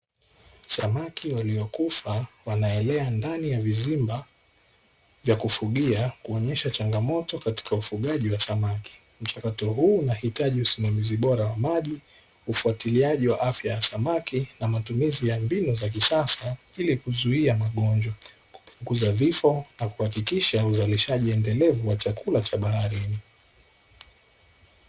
Samaki waliokufa wanaelea ndani ya vizimba vya kufugia kuonesha changamoto katika ufugaji wa samaki. Mchakato huu unahitaji usimamizi bora wa maji, ufuatiliaji wa afya ya samaki na matumizi ya mbinu za kisasa ili kuzuia magonjwa, kupunguza vifo na kuhakikisha uzalishaji endelevu wa chakula cha baharini.